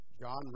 John